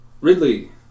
Ridley